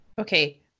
Okay